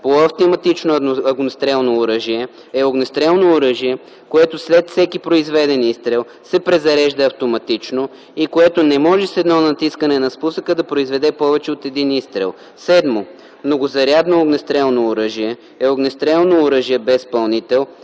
„Полуавтоматично огнестрелно оръжие“ е огнестрелно оръжие, което след всеки произведен изстрел се презарежда автоматично и което не може с едно натискане на спусъка да произведе повече от един изстрел. 7. „Многозарядно огнестрелно оръжиe“ е огнестрелно оръжие без пълнител,